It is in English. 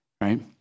right